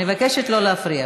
אני מבקשת לא להפריע.